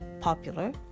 popular